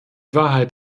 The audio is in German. wahrheit